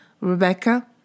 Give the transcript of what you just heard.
Rebecca